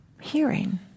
hearing